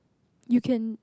you can